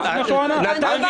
תודה רבה, אדוני.